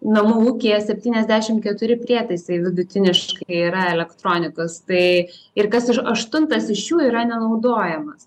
namų ūkyje septyniasdešimt keturi prietaisai vidutiniškai yra elektronikos tai ir kas aštuntas iš jų yra nenaudojamas